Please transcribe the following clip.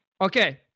Okay